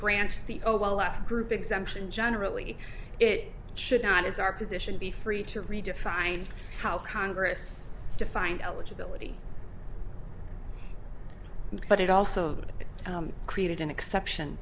grant the oh well after group exemption generally it should not as our position be free to redefine how congress defined eligibility but it also did it created an exception